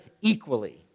equally